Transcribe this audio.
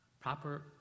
Proper